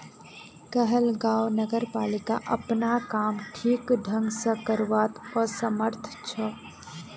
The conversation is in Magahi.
कहलगांव नगरपालिका अपनार काम ठीक ढंग स करवात असमर्थ छ